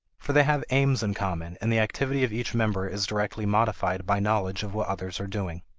for they have aims in common, and the activity of each member is directly modified by knowledge of what others are doing.